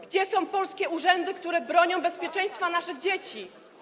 Gdzie są polskie urzędy, które bronią bezpieczeństwa naszych dzieci?